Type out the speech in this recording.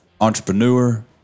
Entrepreneur